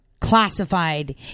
classified